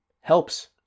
helps